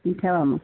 ठेवा मग